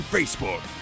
Facebook